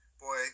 boy